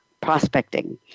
Prospecting